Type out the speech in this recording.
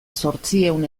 zortziehun